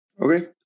Okay